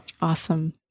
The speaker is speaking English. Awesome